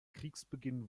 kriegsbeginn